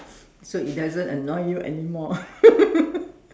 so it doesn't annoy you anymore